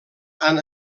han